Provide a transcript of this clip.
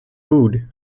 food